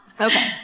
Okay